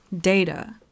data